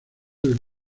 del